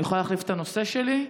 אני יכולה להחליף את הנושא שלי?